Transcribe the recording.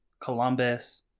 Columbus